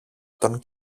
τον